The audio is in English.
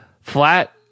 flat